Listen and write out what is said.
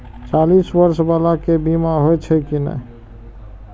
चालीस बर्ष बाला के बीमा होई छै कि नहिं?